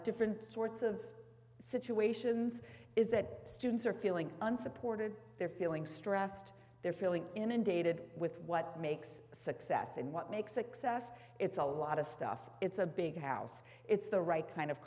different sorts of situations is that students are feeling unsupported they're feeling stressed they're feeling inundated with what makes success and what makes success it's a lot of stuff it's a big house it's the right kind of